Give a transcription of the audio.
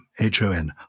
H-O-N